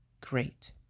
great